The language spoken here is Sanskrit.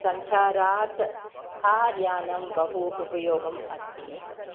सञ्चारात् कार् यानं बहु उपयोगम् अस्ति